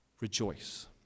Rejoice